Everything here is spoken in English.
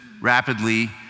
rapidly